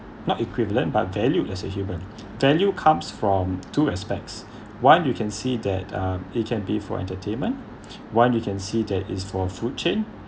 not equivalent but valued as a human value comes from two aspects one you can see that uh it can be for entertainment one you can see that is for food chain